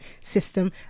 system